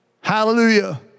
Hallelujah